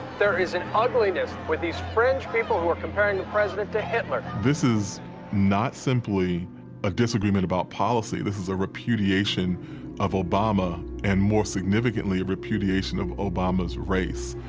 there is an ugliness with these fringe people who are comparing the president to hitler. this is not simply a disagreement about policy, this is a repudiation of obama and, more significantly, a repudiation of obama's race.